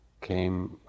came